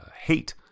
Hate